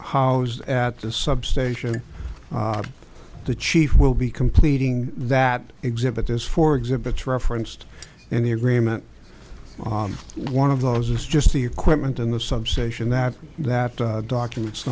housed at the substation the chief will be completing that exhibit is for exhibits referenced in the agreement one of those is just the equipment and the substation that that documents